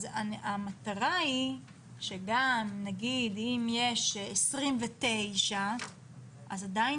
אז המטרה היא שגם אם יש נגיד 29 אז עדיין